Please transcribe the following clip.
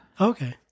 Okay